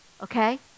Okay